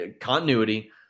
Continuity